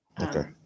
Okay